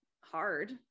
hard